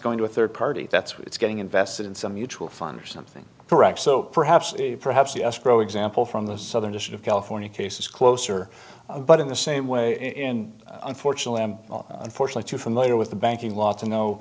going to a third party that's what it's getting invested in some mutual fund or something correct so perhaps perhaps the escrow example from the southern california case is closer but in the same way in unfortunately unfortunately too familiar with the banking law to know